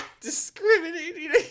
discriminating